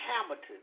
Hamilton